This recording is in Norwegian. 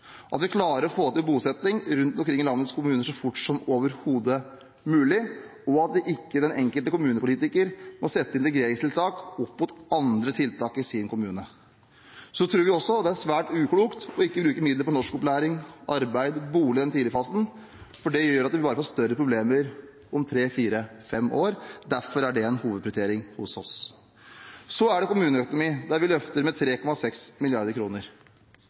at vi klarer å få til bosetting rundt omkring i landets kommuner så fort som overhodet mulig, og at ikke den enkelte kommunepolitiker må sette integreringstiltak opp mot andre tiltak i kommunen. Vi tror også det er svært uklokt å ikke bruke midler til norskopplæring, bolig og arbeid i den tidlige fasen, for det gjør at man får større problemer om tre–fire–fem år. Derfor er det en hovedprioritering hos oss. Kommuneøkonomien øker vi med 3,6 mrd. kr. Det er det flere grunner for. Den ene grunnen er at vi